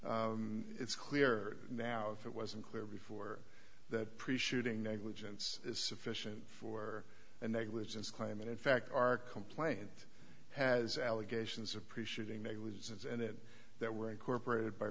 it's clear now if it wasn't clear before that preceding negligence is sufficient for a negligence claim and in fact our complaint has allegations appreciating it was in it that were incorporated by